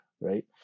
right